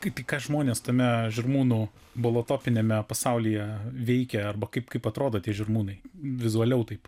kaip į ką žmonės tame žirmūnų bolotopiniame pasaulyje veikia arba kaip kaip atrodote žirmūnai vizualiau taip